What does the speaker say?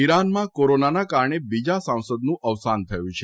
ઇરાનમાં કોરોનાના કારણે બીજા સાંસદનું અવસાન થયું છે